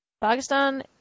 Pakistan